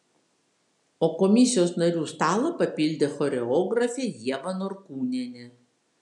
o komisijos narių stalą papildė choreografė ieva norkūnienė